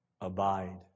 abide